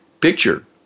picture